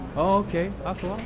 ok